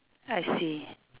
I see